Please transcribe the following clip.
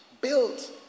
build